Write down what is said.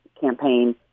campaign